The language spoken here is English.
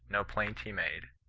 no plaint he made.